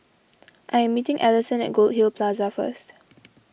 I am meeting Allison at Goldhill Plaza first